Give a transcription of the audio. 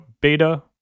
beta